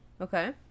Okay